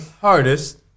Hardest